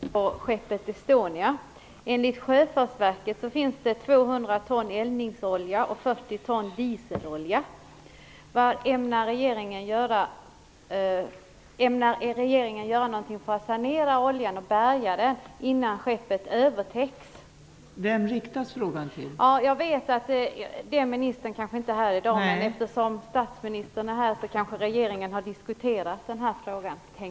Fru talman! Jag vill fråga om oljan som finns ombord på skeppet Estonia. Enligt Sjöfartsverket finns det 200 ton eldningsolja och 40 ton dieselolja. Jag vet att den berörda ministern inte är här i dag, men eftersom statsministern är här kanske han hade kunnat svara på om regeringen har diskuterat den här frågan.